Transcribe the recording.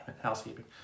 housekeeping